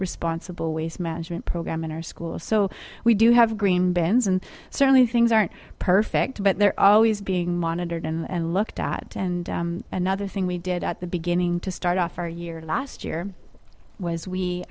responsible waste management program in our school so we do have green bans and certainly things aren't perfect but they're always being monitored and looked at and another thing we did at the beginning to start off our year last year was we